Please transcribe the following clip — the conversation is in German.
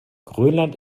grönland